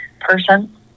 person